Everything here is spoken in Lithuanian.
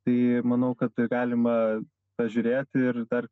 tai manau kad galima pažiūrėti ir dar